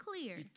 clear